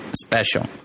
special